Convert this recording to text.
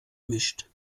mischt